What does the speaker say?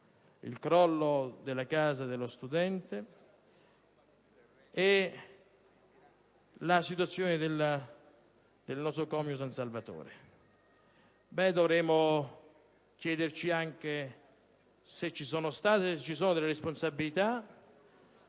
il crollo della Casa dello studente e la situazione del nosocomio San Salvatore. Dovremmo chiederci anche se ci sono state e vi sono responsabilità,